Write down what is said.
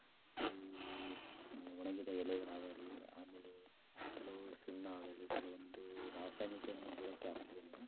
ಈ ಒಣಗಿದ ಎಲೆಗಳಾಗಲಿ ಆಮೇಲೆ ಕೆಲವು ಸುಣ್ಣ ಆಗಲಿ ಕೆಲವೊಂದು ರಾಸಾಯನಿಕವನ್ನು ಬುಡಕ್ಕೆ ಹಾಕುವುದರಿಂದ